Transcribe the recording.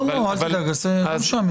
לא, לא, אל תדאג, לא משעמם לי.